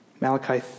Malachi